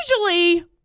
usually